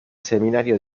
seminario